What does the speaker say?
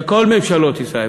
של כל ממשלות ישראל,